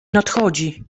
nadchodzi